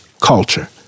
culture